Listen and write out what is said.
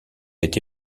été